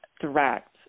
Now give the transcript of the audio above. direct